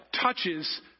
touches